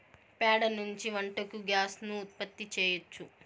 ప్యాడ నుంచి వంటకు గ్యాస్ ను ఉత్పత్తి చేయచ్చు